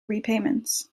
repayments